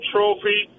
Trophy